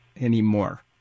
anymore